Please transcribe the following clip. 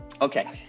okay